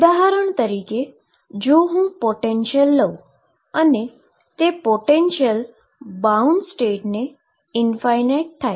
ઉદાહરણ તરીકે જો હું પોટેંન્શીઅલ લઉ અને તે પોટેંન્શીઅલ બાઉન્ડ સ્ટેટએ ઈન્ફાઈનાઈટ થાય